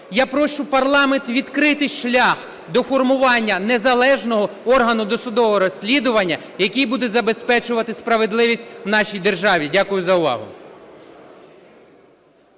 Я прошу парламент відкрити шлях до формування незалежного органу досудового розслідування, який буде забезпечувати справедливість в нашій державі. Дякую за увагу.